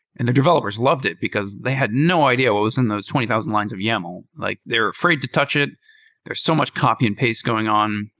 and the developers loved it because they had no idea what was in those twenty thousand lines of yaml. like they're afraid to touch. there's so much copy and paste going on.